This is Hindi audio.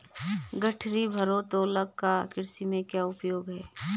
गठरी भारोत्तोलक का कृषि में क्या उपयोग है?